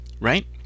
right